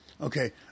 Okay